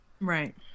Right